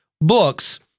books